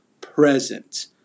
present